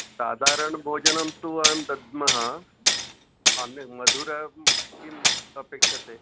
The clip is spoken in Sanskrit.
साधारणभोजनं तु वयं दद्मः अन्यत् मधुरं किम् अपेक्ष्यते